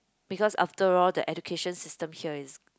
because after all the education system here is